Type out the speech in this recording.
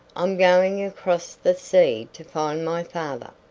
i'm going across the sea to find my father.